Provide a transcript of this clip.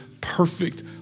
perfect